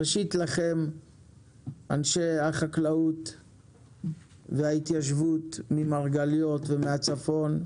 ראשית לכם אנשי החקלאות וההתיישבות ממרגליות ומהצפון,